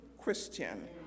Christian